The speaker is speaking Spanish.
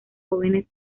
jóvenes